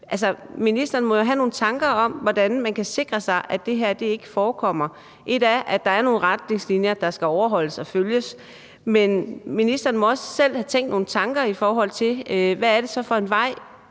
Altså, ministeren må jo have nogle tanker om, hvordan man kan sikre sig, at det her ikke forekommer. Ét er, at der er nogle retningslinjer, der skal overholdes og følges, men ministeren må også selv have tænkt nogle tanker, i forhold til hvad det så er for en vej,